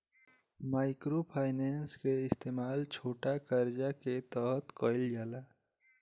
micro finance के इस्तमाल छोटा करजा के तरह कईल जाला